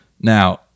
Now